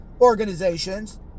organizations